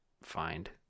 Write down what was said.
find